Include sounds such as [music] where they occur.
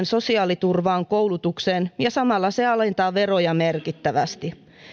[unintelligible] sosiaaliturvaan ja koulutukseen ja samalla se alentaa veroja merkittävästi